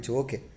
okay